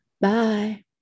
Bye